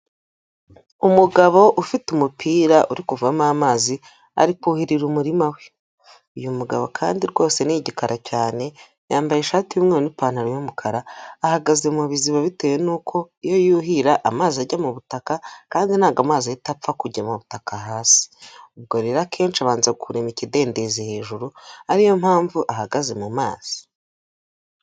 Umugabo ufite umupira uri kuvamo amazi, ari kuhirira umurima we, uyu mugabo kandi rwose ni igikara cyane, yambaye ishati y'umweru n'ipantaro y'umukara, ahagaze mu biziba bitewe n'uko iyo yuhira amazi ajya mu butaka, kandi ntago amazi ahita apfa kujya mu butaka hasi, ubwo rero akenshi abanza kurema ikidendezi hejuru, ari yo mpamvu ahagaze mu mazi.